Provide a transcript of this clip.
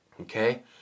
Okay